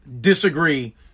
disagree